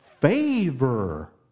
favor